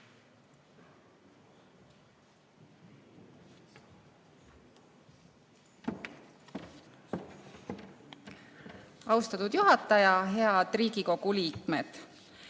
Austatud juhataja! Head Riigikogu liikmed!